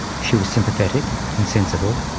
she was sympathetic and sensible,